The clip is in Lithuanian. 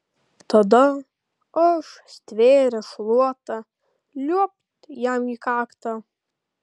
tada aš stvėręs šluotą liuobt jam į kaktą